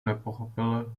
nepochopil